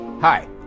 Hi